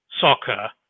soccer